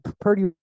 Purdy